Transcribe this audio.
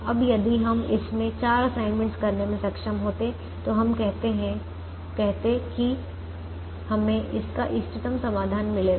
अब यदि हम इसमें चार असाइनमेंट्स करने में सक्षम होते तो हम कहते कि हमें इसका इष्टतम समाधान मिलेगा